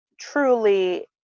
truly